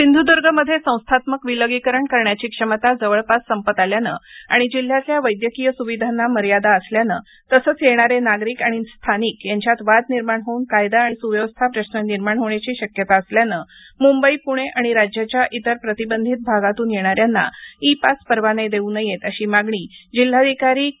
सिंधूदर्गमध्ये संस्थात्मक विलगीकरण करण्याची क्षमता जवळपास संपत आल्यानं आणि जिल्हयातल्या वैद्यकीय सुविधांना मर्यादा असल्यानं तसंच येणारे नागरिक आणि स्थानिक यांच्यात वाद निर्माण होऊन कायदा आणि सुव्यवस्था प्रश्न निर्माण होण्याची शक्यता असल्यानं मुंबई पुणे आणि राज्याच्या इतर प्रतिबंधित भागातून येणाऱ्यांना ई पास परवाने देऊ नयेत अशी मागणी जिल्हाधिकारी के